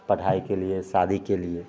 पढ़ाइके लिए शादीके लिए